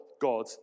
God